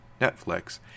netflix